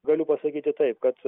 galiu pasakyti taip kad